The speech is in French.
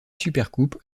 supercoupe